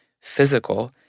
physical